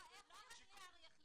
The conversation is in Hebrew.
שיעשה שיקול --- איך השר יחליט?